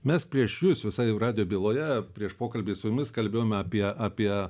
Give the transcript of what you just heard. mes prieš jus visai jau radijo byloje prieš pokalbį su jumis kalbėjome apie apie